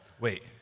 Wait